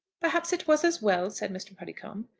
perhaps it was as well, said mr. puddicombe.